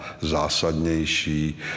zásadnější